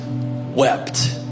wept